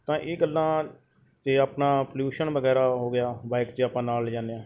ਤਾਂ ਇਹ ਗੱਲਾਂ ਅਤੇ ਆਪਣਾ ਪੋਲਿਊਸ਼ਨ ਵਗੈਰਾ ਹੋ ਗਿਆ ਬਾਇਕ ਜੇ ਆਪਾਂ ਨਾਲ ਲਿਜਾਨੇ ਹਾਂ